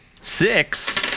six